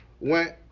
went